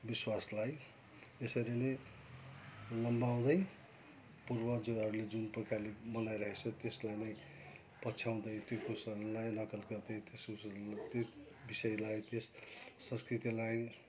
विश्वासलाई यसरी नै लम्बाउँदै पूर्वजहरूले जुन प्रकारले मनाइरहेछ त्यसलाई नै पछ्याउँदै त्यो विषयलाई त्यस संस्कृतिलाई